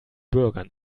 bürgern